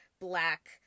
black